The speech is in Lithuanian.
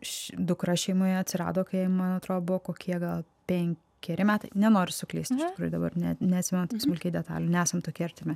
ši dukra šeimoje atsirado kai man atrodo buvo kokie gal penkeri metai nenoriu suklyst bet dabar ne neatsimenu smulkių detalių nesam tokie artimi